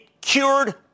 cured